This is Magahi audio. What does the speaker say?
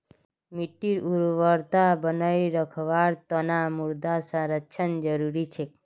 मिट्टीर उर्वरता बनई रखवार तना मृदा संरक्षण जरुरी छेक